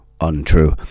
untrue